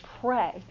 pray